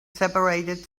separated